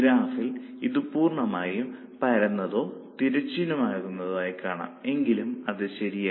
ഗ്രാഫിൽ ഇത് പൂർണ്ണമായും പരന്നതോ തിരശ്ചീനം ആണെന്ന് കാണാനാകും എങ്കിലും അത് ശരിയല്ല